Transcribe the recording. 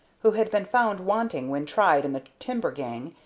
who had been found wanting when tried in the timber gang,